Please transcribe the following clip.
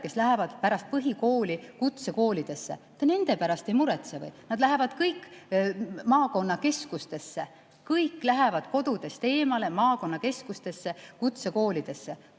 kes lähevad pärast põhikooli kutsekoolidesse, te nende pärast ei muretse või? Nad lähevad kõik maakonnakeskustesse. Kõik lähevad kodudest eemale maakonnakeskustesse kutsekoolidesse.